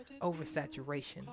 oversaturation